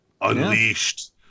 Unleashed